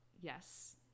yes